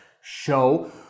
Show